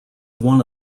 one